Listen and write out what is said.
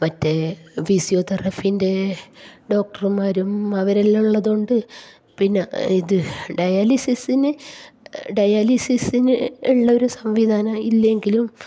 മറ്റേത് ഫിസിയോതെറാപ്പിൻ്റെ ഡോക്ടർമാരും അവരെല്ലാം ഉള്ളതുകൊണ്ട് പിന്നെ ഇത് ഡയാലിസിസിന് ഡയാലിസിസിന് ഉള്ള ഒരു സംവിധാനം ഇല്ലെങ്കിലും